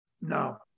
No